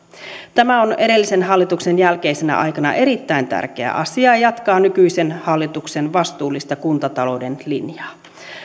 tämä on edellisen hallituksen jälkeisenä aikana erittäin tärkeä asia ja jatkaa nykyisen hallituksen vastuullista kuntatalouden linjaa